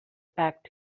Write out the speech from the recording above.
back